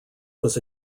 was